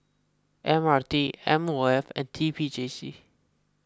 M R T M O F and T P J C